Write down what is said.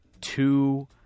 Two